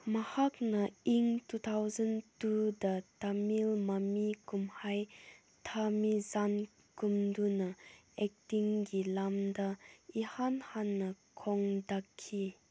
ꯃꯍꯥꯛꯅ ꯏꯪ two thousand ꯇꯨꯗ ꯇꯃꯤꯜ ꯃꯃꯤ ꯀꯨꯝꯍꯩ ꯊꯥꯃꯤꯖꯥꯟ ꯀꯨꯝꯗꯨꯅ ꯑꯦꯛꯇꯤꯡꯒꯤ ꯂꯝꯗ ꯏꯍꯥꯟ ꯍꯥꯟꯅ ꯈꯣꯡꯗꯥꯈꯤ